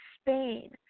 Spain